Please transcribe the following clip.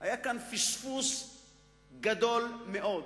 היה כאן פספוס גדול מאוד.